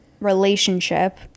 relationship